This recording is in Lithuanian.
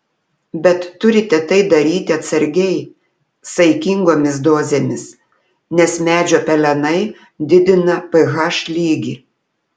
bet turite tai daryti atsargiai saikingomis dozėmis nes medžio pelenai didina ph lygį